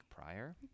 prior